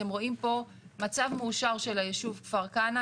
אתם רואים פה מצב מאושר של הישוב כפר כנא,